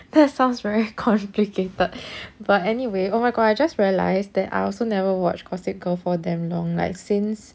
that sounds very complicated but anyway oh my god I just realized that I also never watch gossip girl for damn long like since